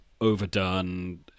overdone